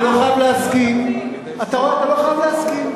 אתה לא חייב להסכים, אתה לא חייב להסכים.